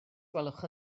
gwelwch